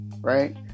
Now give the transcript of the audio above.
right